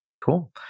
Cool